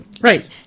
Right